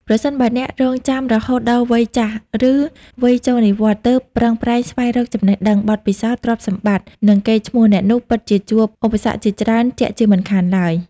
ប្រសិនបើអ្នករង់ចាំរហូតដល់វ័យចាស់ ឬវ័យចូលនិវត្តន៍ ទើបប្រឹងប្រែងស្វែងរកចំណេះដឹង បទពិសោធន៍ ទ្រព្យសម្បត្តិ និងកេរ្ដិ៍ឈ្មោះ អ្នកនោះពិតជាជួបឧបសគ្គជាច្រើនជាក់ជាមិនខានឡើយ។